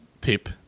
tip